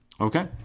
okay